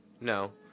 No